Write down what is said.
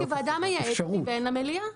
כוועדה מייעצת מבין המליאה.